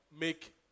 make